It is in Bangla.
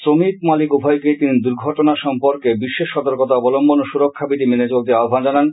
শ্রমিক মালিক উভয়কেই তিনি দূর্ঘটনা সম্পর্কে বিশেষ সতর্কতা অবলম্বন ও সুরক্ষাবিধি মেনে চলতে আহ্বান জানান